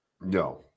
No